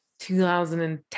2010